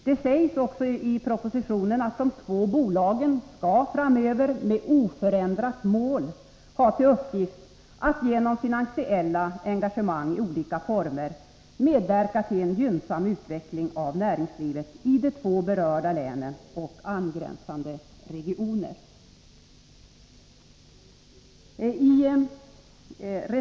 Det sägs också i propositionen att de här två bolagen framöver med oförändrat mål skall ha till uppgift att genom finansiella engagemang i olika former medverka till en gynnsam utveckling av näringslivet i de två berörda länen och angränsande regioner.